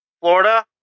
Florida